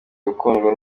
gukundwa